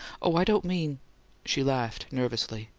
oh, i don't mean she laughed nervously.